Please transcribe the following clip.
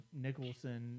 Nicholson